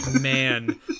man